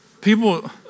People